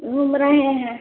घूम रहे हैं